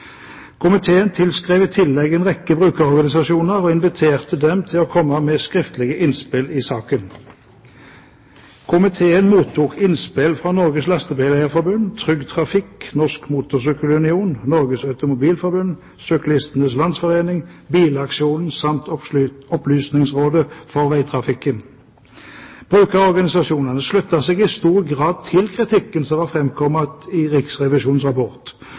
Komiteen tilskrev i tillegg en rekke brukerorganisasjoner og inviterte dem til å komme med skriftlige innspill i saken. Komiteen mottok innspill fra Norges Lastebileier Forbund, Trygg Trafikk, Norsk Motorcykkel Union, Norges Automobil-Forbund, Syklistenes Landsforening, Bilaksjonen samt Opplysningsrådet for Veitrafikken. Brukerorganisasjonene sluttet seg i stor grad til kritikken som var framkommet i Riksrevisjonens rapport.